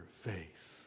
faith